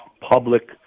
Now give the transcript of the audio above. public